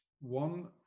One